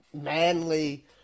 manly